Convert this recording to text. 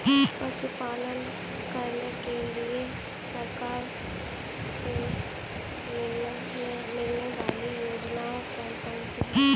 पशु पालन करने के लिए सरकार से मिलने वाली योजनाएँ कौन कौन सी हैं?